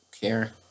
care